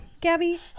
Gabby